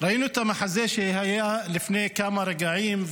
ראינו את המחזה שהיה לפני כמה רגעים,